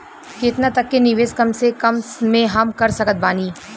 केतना तक के निवेश कम से कम मे हम कर सकत बानी?